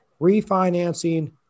refinancing